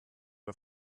auf